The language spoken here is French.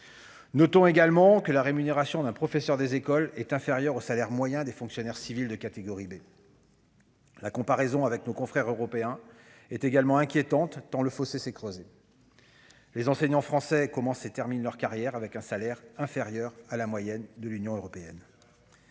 Notons également que la rémunération d'un professeur des écoles est inférieure au salaire moyen des fonctionnaires civils de catégorie B. La comparaison avec nos confrères européens est également inquiétante tant le fossé s'est creusé. Les enseignants français commencent et terminent leur carrière avec un salaire inférieur à la moyenne de l'Union européenne.